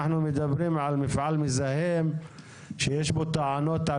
אנחנו מדברים על מפעל מזהם ויש טענות על